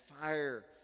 fire